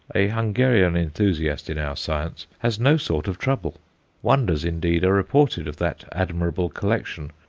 a hungarian enthusiast in our science, has no sort of trouble wonders, indeed, are reported of that admirable collection,